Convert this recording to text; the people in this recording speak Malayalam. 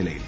നിലയിൽ